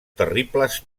terribles